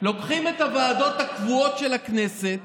לוקחים את הוועדות הקבועות של הכנסת